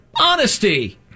Honesty